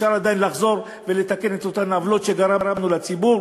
אפשר עדיין לחזור ולתקן את אותן עוולות שגרמנו לציבור,